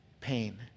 pain